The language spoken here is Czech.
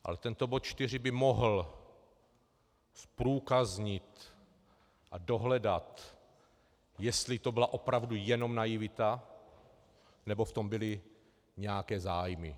Ale tento bod 4 by mohl zprůkaznit a dohledat, jestli to byla opravdu jenom naivita, nebo v tom byly nějaké zájmy.